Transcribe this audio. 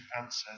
answer